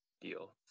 deal